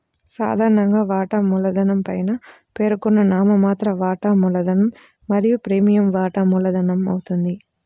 సాధారణంగా, వాటా మూలధనం పైన పేర్కొన్న నామమాత్ర వాటా మూలధనం మరియు ప్రీమియం వాటా మూలధనమవుతుంది